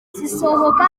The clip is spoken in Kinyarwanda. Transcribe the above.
zisohoka